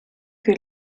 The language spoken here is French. que